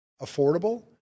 affordable